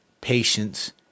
Patience